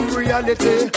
reality